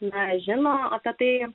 nežino apie tai